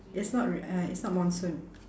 it's not rai~ uh it's not monsoon